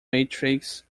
matrix